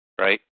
Right